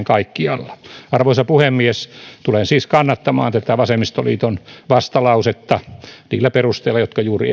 kaikkialla arvoisa puhemies tulen siis kannattamaan vasemmistoliiton vastalausetta niillä perusteilla jotka juuri